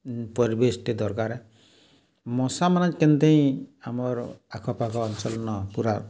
ପରିବେଶ୍ଟେ ଦର୍କାର୍ ଏ ମଶାମାନେ କେନ୍ତହିଁ ଆମର୍ ଆଖପାଖ ଅଞ୍ଚଲ୍ନ ପୁରା